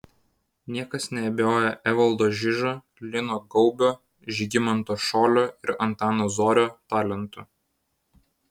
niekas neabejojo evaldo žižio lino gaubio žygimanto šolio ir antano zorio talentu